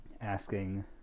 asking